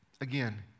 again